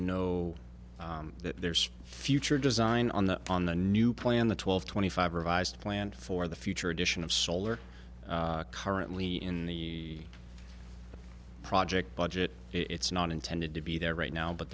that there's future design on the on the new plan the twelve twenty five revised plan for the future edition of solar currently in the project budget it's not intended to be there right now but